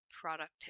productivity